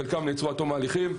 חלקם מעצרו עד תום ההליכים,